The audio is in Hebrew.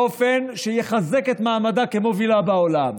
באופן שיחזק את מעמדה כמובילה בעולם.